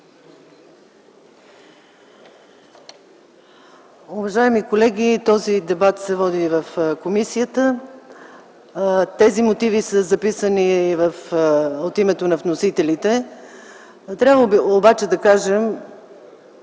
Уважаеми колеги, този дебат се води и в комисията. Тези мотиви са записани от името на вносителите, трябва обаче да кажа,